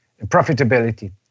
profitability